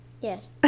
yes